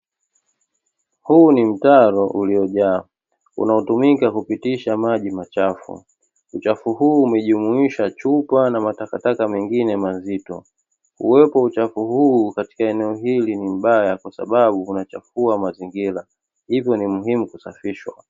Huu ni mtaro uliojaa unaotumika kupitisha maji machafu. Uchafu huu umejumuisha chupa na matakataka mengine mazito. Uwepo wa uchafu huu katika eneo hili ni mbaya kwasababu unachafua mazingira, hivyo ni muhimu kusafishwa.